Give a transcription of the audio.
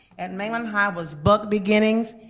and mainland high was buc beginnings.